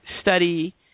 study